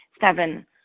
Seven